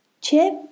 Chip